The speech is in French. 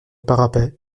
parapet